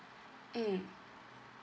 mm